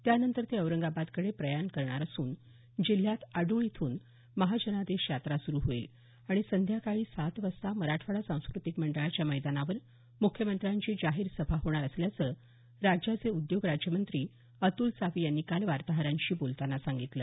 त्यानंतर ते औरंगाबादकडं प्रयाण करणार असून जिल्ह्यात आडूळ इथून महाजनादेश यात्रा सुरू होईल आणि संध्याकाळी सात वाजता मराठवाडा सांस्कृतिक मंडळाच्या मैदानावर मुख्यमंत्र्यांची जाहीर सभा होणार असल्याचं राज्याचे उद्योग राज्यमंत्री अतुल सावे यांनी काल वार्ताहरांशी बोलतांना सांगितलं